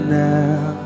now